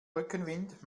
rückenwind